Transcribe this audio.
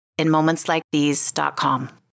InMomentsLikeThese.com